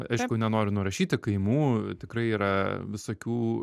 aišku nenoriu nurašyti kaimų tikrai yra visokių